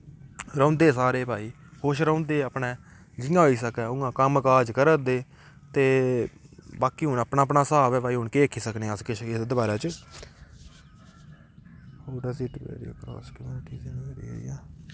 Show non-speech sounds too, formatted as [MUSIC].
रौंह्दे सारे भाई खुश रौंह्दे अपनै जियां होई सकै उ'यां कम्मकाज़ करा दे ते बाकी हून अपना अपना स्हाब ऐ भाई हून केह् आक्खी सकनें किश बी एह्दे बारे च होर अस इक [UNINTELLIGIBLE]